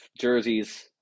jerseys